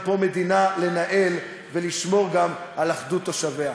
גם מדינה לנהל ולשמור גם על אחדות תושביה.